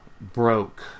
broke